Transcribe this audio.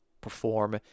perform